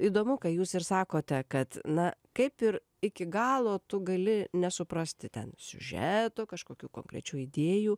įdomu ką jūs ir sakote kad na kaip ir iki galo tu gali nesuprasti ten siužeto kažkokių konkrečių idėjų